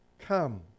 Come